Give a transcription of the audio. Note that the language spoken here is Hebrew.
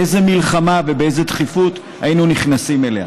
איזו מלחמה ובאיזו דחיפות היינו נכנסים אליה.